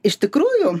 iš tikrųjų